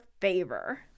favor